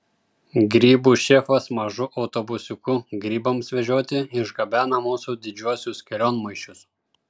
grybų šefas mažu autobusiuku grybams vežioti išgabena mūsų didžiuosius kelionmaišius